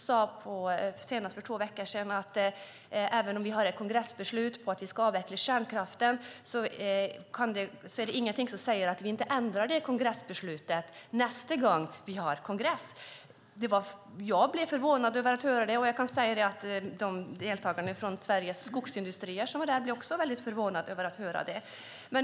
Senast för två veckor sedan sade den kollegan: Även om vi har ett kongressbeslut på att vi ska avveckla kärnkraften finns det ingenting som säger att vi inte ändrar det kongressbeslutet nästa gång vi har kongress. Jag blev förvånad över att höra det. De deltagare från Sveriges skogsindustrier som var där blev också mycket förvånade över att höra det.